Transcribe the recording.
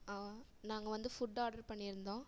ஆ நாங்கள் வந்து food order பண்ணியிருந்தோம்